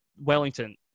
Wellington